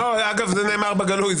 זה נאמר בגלוי.